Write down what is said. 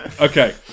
Okay